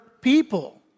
people